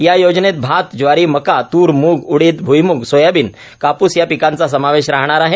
या योजनेत भात ज्वारी मका तूर मूग उडीद भूईमूग सोयाबीन काप्स या पिकाचा समावेश राहणार आहे